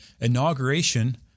inauguration